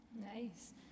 nice